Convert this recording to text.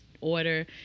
order